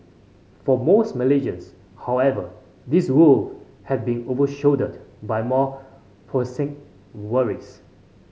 for most Malaysians however these woes have been overshadowed by more prosaic worries